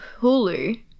Hulu